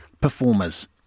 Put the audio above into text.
performers